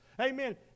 Amen